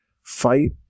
fight